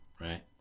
Right